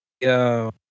yo